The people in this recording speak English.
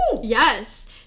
Yes